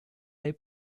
they